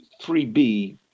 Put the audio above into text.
3B